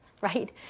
right